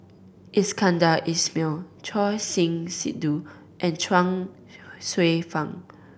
Iskandar Ismail Choor Singh Sidhu and Chuang Hsueh Fang